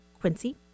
Quincy